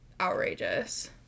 outrageous